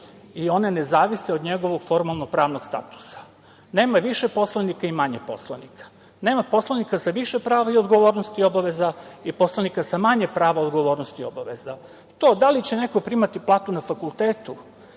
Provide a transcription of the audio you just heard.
i one ne zavise od njegovog formalno pravnog statusa. Nema više poslanika i manje poslanika. Nema poslanika sa više prava, odgovornosti i obaveza i poslanika sa manje prava, odgovornosti i obaveza. To da li će neko primati platu na fakultetu